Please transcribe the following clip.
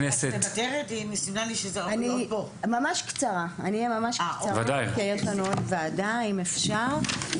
אני אהיה ממש קצרה כי יש לנו עוד וועדה אם אפשר,